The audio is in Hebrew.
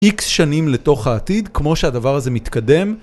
X שנים לתוך העתיד, כמו שהדבר הזה מתקדם.